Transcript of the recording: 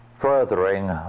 furthering